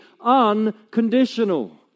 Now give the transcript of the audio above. unconditional